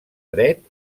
dret